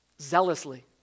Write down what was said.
zealously